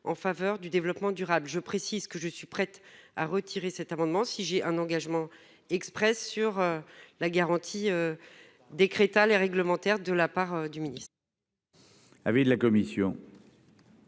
en faveur du développement durable, je précise que je suis prête à retirer cet amendement si j'ai un engagement Express sur la garantie. Décréta les réglementaire de la part du ministre.